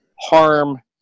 harm